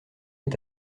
est